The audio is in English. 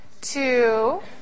two